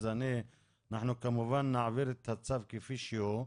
אז, אנחנו כמובן נעביר את הצו כפי שהוא,